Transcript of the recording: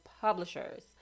Publishers